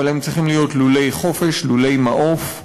אבל הם צריכים להיות לולי חופש, לולי מעוף.